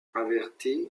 avertis